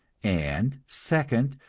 and, second,